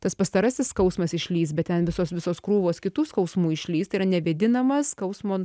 tas pastarasis skausmas išlįs bet ten visos visos krūvos kitų skausmų išlįs tai yra nevėdinamas skausmo